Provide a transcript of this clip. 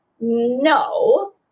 No